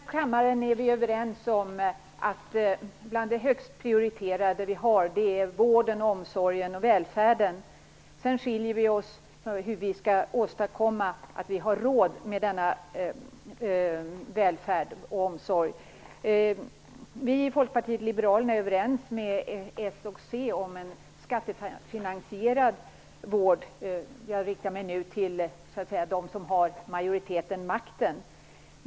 Fru talman! I denna kammare är vi överens om att bland det högst prioriterade vi har är vården, omsorgen och välfärden. Sedan skiljer vi oss när det gäller hur vi skall åstadkomma att vi har råd med denna välfärd och omsorg. Vi i Folkpartiet liberalerna är överens med s och c om en skattefinansierad vård. Jag riktar mig nu till dem som har majoriteten och makten.